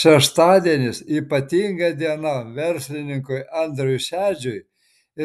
šeštadienis ypatinga diena verslininkui andriui šedžiui